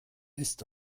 ist